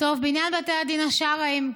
בעניין בתי הדין השרעיים,